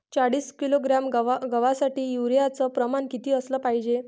चाळीस किलोग्रॅम गवासाठी यूरिया च प्रमान किती असलं पायजे?